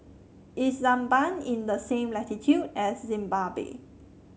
is Zambia in the same latitude as Zimbabwe